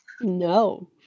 No